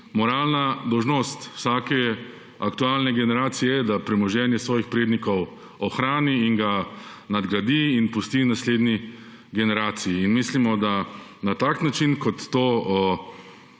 moralna dolžnost vsake aktualne generacije je, da premoženje svojih prednikov ohrani in ga nadgradi in pusti naslednji generaciji. In mislimo, da na tak način, kot to